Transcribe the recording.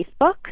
Facebook